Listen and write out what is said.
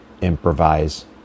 improvise